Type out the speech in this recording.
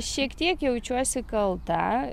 šiek tiek jaučiuosi kalta